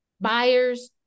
buyers